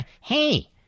Hey